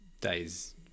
days